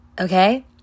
Okay